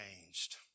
changed